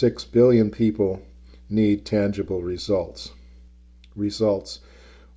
six billion people need tangible results results